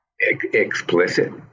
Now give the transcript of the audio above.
explicit